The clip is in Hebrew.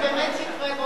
נקווה שזה באמת יקרה.